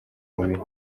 mubiri